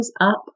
up